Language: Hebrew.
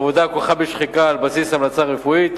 עבודה הכרוכה בשחיקה על בסיס המלצה רפואית,